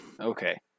Okay